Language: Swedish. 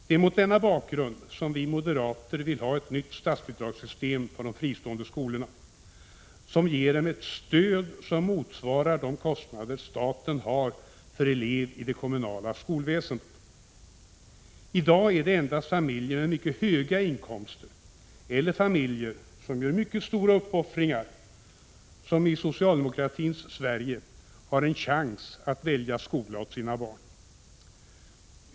Det är mot denna bakgrund som vi moderater vill ha ett nytt statsbidragssystem för de fristående skolorna, som ger dem ett stöd som motsvarar de kostnader staten har för elev i det kommunala skolväsendet. I dag är det endast familjer med mycket höga inkomster eller familjer som gör mycket stora uppoffringar som i socialdemokratins Sverige har en chans att välja skola åt sina barn.